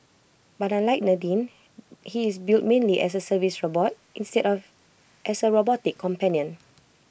but unlike Nadine he is built mainly as A service robot instead of as A robotic companion